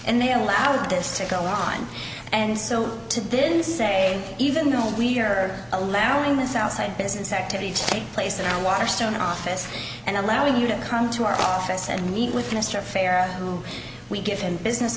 and they allowed this to go on and so to didn't say even though we are allowing this outside business activity to take place in our water stone office and allowing you to come to our office and meet with mr fair who we give him business